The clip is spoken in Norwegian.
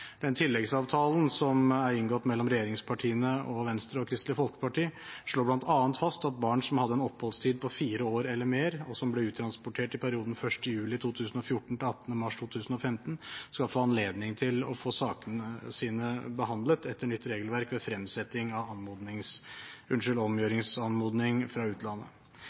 Den tilleggsavtalen som er inngått mellom regjeringspartiene og Venstre og Kristelig Folkeparti, slår bl.a. fast at barn som hadde en oppholdstid på fire år eller mer, og som ble uttransportert i perioden 1. juli 2014–18. mars 2015 skal få anledning til å få sakene sine behandlet etter nytt regelverk ved fremsetting av omgjøringsanmodning fra utlandet.